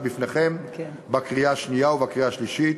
בפניכם בקריאה השנייה ובקריאה השלישית.